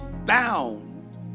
Bound